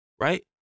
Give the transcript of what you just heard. right